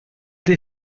des